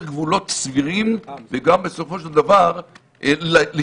גבולות סבירים וגם בסופו של דבר להגן,